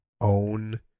own